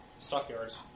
stockyards